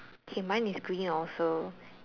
okay mine is green also